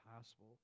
possible